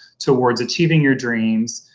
towards achieving your dreams,